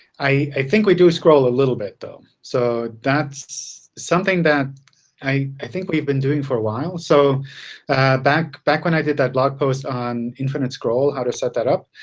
i i think we do scroll a little bit though. so that's something that i i think we've been doing for a while. so back back when i did that blog post on infinite scroll, how to set that up,